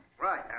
Right